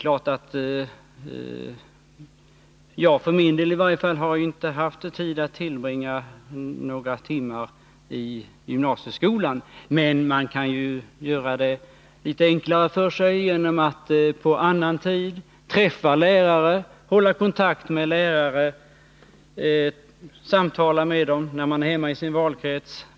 Jag för min del har i och för sig inte haft tid att tillbringa några timmar i gymnasieskolan, men man kan ju göra det litet enklare för sig genom att på annan tid träffa och hålla kontakt med lärare och samtala med dem när man är hemma i sin valkrets.